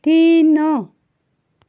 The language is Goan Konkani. तीन